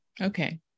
Okay